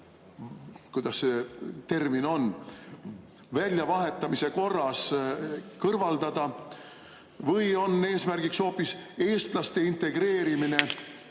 kuidas see termin ongi, väljavahetamise korras kõrvaldada või on eesmärgiks hoopis eestlaste integreerimine